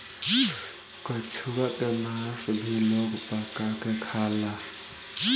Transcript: कछुआ के मास भी लोग पका के खाला